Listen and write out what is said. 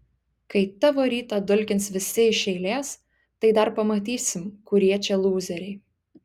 kai tavo rytą dulkins visi iš eilės tai dar pamatysim kurie čia lūzeriai